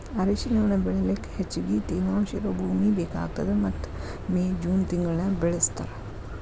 ಅರಿಶಿಣವನ್ನ ಬೆಳಿಲಿಕ ಹೆಚ್ಚಗಿ ತೇವಾಂಶ ಇರೋ ಭೂಮಿ ಬೇಕಾಗತದ ಮತ್ತ ಮೇ, ಜೂನ್ ತಿಂಗಳನ್ಯಾಗ ಬೆಳಿಸ್ತಾರ